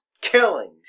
Killings